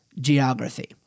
geography